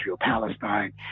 Palestine